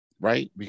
Right